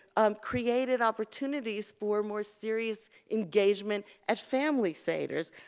um, created opportunities for more serious engagement at family seders.